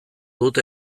dut